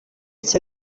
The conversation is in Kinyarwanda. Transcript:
cya